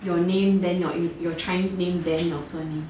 your name then your chinese name then your surname